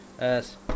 Yes